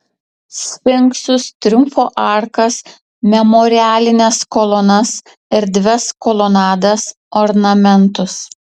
sfinksus triumfo arkas memorialines kolonas erdvias kolonadas ornamentus